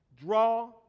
draw